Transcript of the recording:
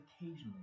occasionally